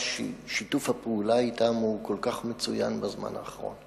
שיתוף הפעולה אתם הוא כל כך מצוין בזמן האחרון.